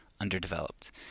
underdeveloped